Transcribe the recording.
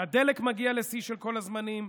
הדלק מגיע לשיא של כל הזמנים.